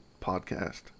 podcast